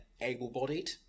able-bodied